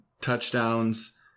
touchdowns